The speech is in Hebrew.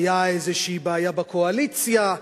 היתה איזו בעיה בקואליציה,